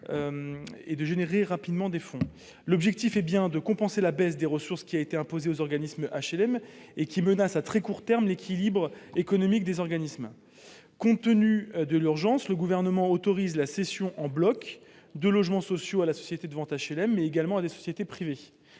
de générer rapidement des fonds. L'objectif est bien de compenser la baisse des ressources qui a été imposée aux organismes d'HLM et qui menace à très court terme l'équilibre économique des organismes. Compte tenu de l'urgence, le Gouvernement autorise la cession en bloc de logements sociaux aux sociétés de vente d'HLM, mais également à des sociétés privées.